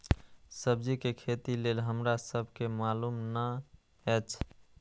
सब्जी के खेती लेल हमरा सब के मालुम न एछ?